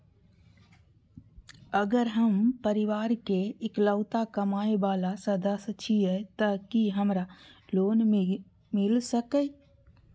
अगर हम परिवार के इकलौता कमाय वाला सदस्य छियै त की हमरा लोन मिल सकीए?